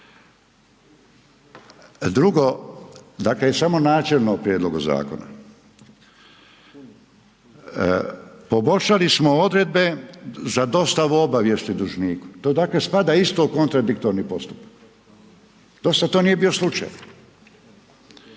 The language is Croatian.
Drugo, dakle, samo načelno o prijedlogu zakona. Poboljšali smo odredbe za dostavu obavijesti dužniku. To dakle, spada isto u kontradiktorni postupak. dosad to nije bio slučaj.